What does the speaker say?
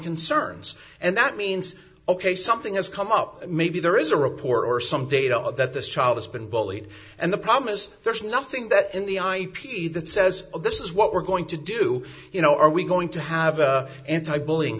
concerns and that means ok something is come up maybe there is a report or some data that this child has been bullied and the promise there's nothing that in the i p t that says this is what we're going to do you know are we going to have anti bullying